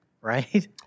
right